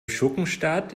schurkenstaat